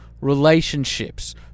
relationships